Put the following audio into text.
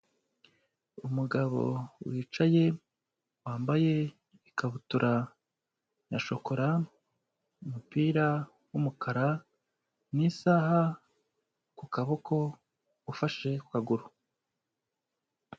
Umugabo wicaye wambaye ikabutura na ya shokora, umupira w'umukara n'isaha ku kaboko ufashe ku kaguru.